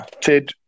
TED